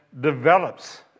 develops